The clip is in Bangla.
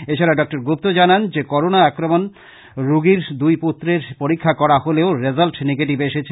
এছাড়া ডক্টর গুপ্ত জানান যে করোনা আক্রান রোগীর দুই পুত্রেরও পরীক্ষা করা হলেও রিজাল্ট নিগেটিভ এসেছে